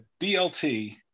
BLT